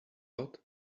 lot